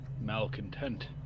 malcontent